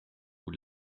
bout